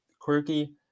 quirky